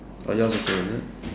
oh yours also is it